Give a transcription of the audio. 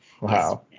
Wow